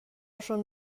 schon